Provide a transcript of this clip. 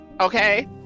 okay